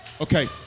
Okay